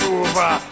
over